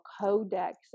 Codex